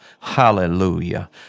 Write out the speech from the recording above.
Hallelujah